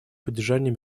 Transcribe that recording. поддержания